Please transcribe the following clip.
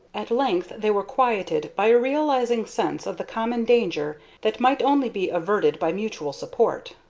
at length they were quieted by a realizing sense of the common danger that might only be averted by mutual support.